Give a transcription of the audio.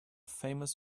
famous